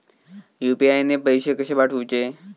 UPI ने पैशे कशे पाठवूचे?